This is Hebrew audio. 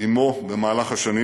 עמו במהלך השנים.